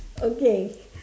okay